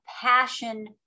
passion